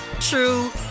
true